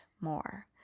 more